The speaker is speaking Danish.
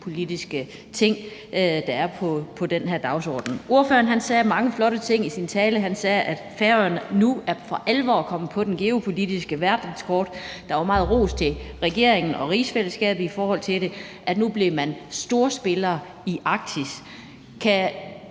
sikkerhedspolitiske ting, der er på den her dagsorden. Ordføreren sagde mange flotte ting i sin tale; han sagde bl.a., at Færøerne nu for alvor er kommet på det geopolitiske verdenskort, der var meget ros til regeringen og rigsfællesskabet i forhold til det, for nu blev man storspiller i Arktis. Kan